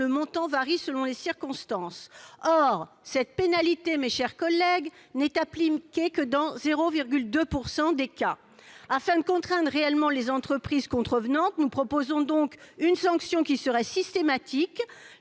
le montant varie selon les circonstances. Or cette pénalité n'est appliquée que dans 0,2 % des cas ... Afin de contraindre réellement les entreprises contrevenantes, nous proposons donc d'instituer une sanction systématique.